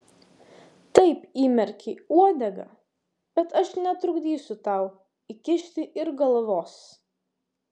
taip įmerkei uodegą bet aš netrukdysiu tau įkišti ir galvos